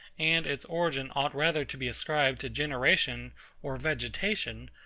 and its origin ought rather to be ascribed to generation or vegetation,